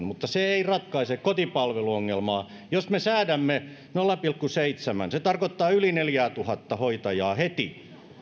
mutta se ei ratkaise kotipalveluongelmaa jos me säädämme nolla pilkku seitsemän se tarkoittaa yli neljäätuhatta hoitajaa heti